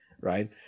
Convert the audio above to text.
right